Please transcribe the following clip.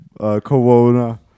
Corona